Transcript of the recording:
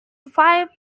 five